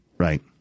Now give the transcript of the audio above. Right